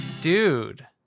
Dude